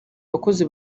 bakozi